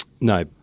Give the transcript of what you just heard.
No